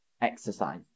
exercise